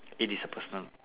it is a personal